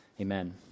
Amen